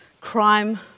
crime